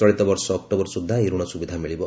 ଚଳିତ ବର୍ଷ ଅକ୍ଟୋବର ସୁଦ୍ଧା ଏହି ଋଣ ସୁବିଧା ମିଳିବ